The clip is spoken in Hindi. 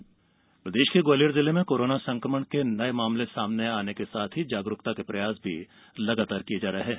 कोरोना ग्वालियर ग्वालियर जिले में कोरोना संक्रमण के मामले सामने आमने के साथ ही जागरूकता के प्रयास भी किये जा रहे हैं